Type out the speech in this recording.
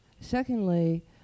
Secondly